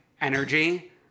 energy